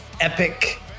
epic